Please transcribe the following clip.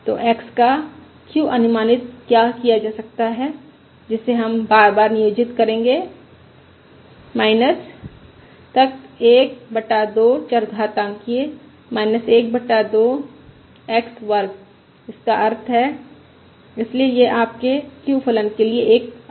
तो x का q अनुमानित किया जा सकता है जिसे हम बार बार नियोजित करेंगे तक 1 बटा 2 चरघातांकिय़ 1 बटा 2 x वर्ग जिसका अर्थ है इसलिए यह आपके q फलन के लिए एक आकलन है